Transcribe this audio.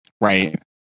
Right